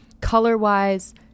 color-wise